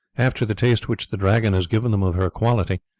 after the taste which the dragon has given them of her quality.